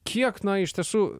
kiek na iš tiesų